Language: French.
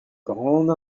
grande